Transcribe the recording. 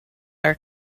are